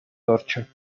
torture